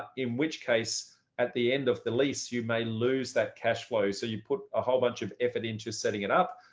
in which case at the end of the lease, you may lose that cash flow. so you put a whole bunch of effort into setting it up,